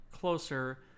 closer